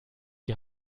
die